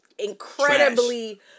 Incredibly